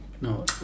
No